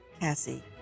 Cassie